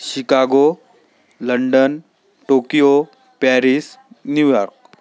Chicago London Tokyo Paris New York